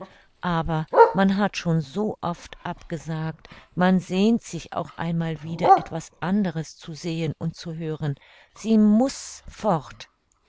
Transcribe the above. aber man hat schon so oft abgesagt man sehnt sich auch einmal wieder etwas anderes zu sehen und zu hören sie muß fort